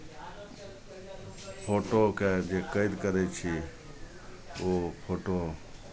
फोटोकेँ जे कैद करै छी ओ फोटो